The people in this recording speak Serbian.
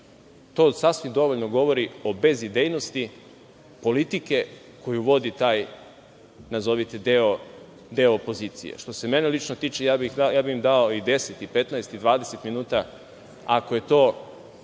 To sasvim dovoljno govori o bezidejnosti politike koju vodi taj, nazovite, deo opozicije. Što se mene lično tiče, ja bih im dao i 10 i 15 i 20 minuta, ako je to